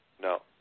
No